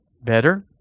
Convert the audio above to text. Better